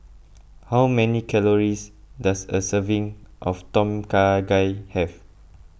how many calories does a serving of Tom Kha Gai have